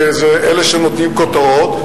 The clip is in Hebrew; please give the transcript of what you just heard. אלה שנותנים כותרות.